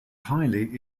highly